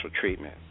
treatment